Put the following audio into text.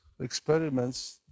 experiments